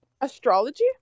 Astrology